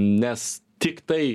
nes tiktai